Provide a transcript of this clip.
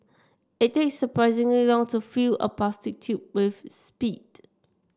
it takes surprisingly long to fill a plastic tube with spit